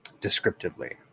descriptively